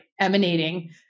emanating